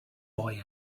boy